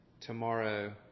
tomorrow